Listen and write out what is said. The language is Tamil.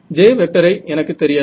J ஐ எனக்கு தெரியாது